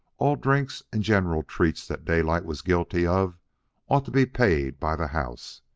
all drinks and general treats that daylight was guilty of ought to be paid by the house,